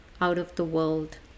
out-of-the-world